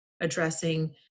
addressing